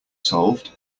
solved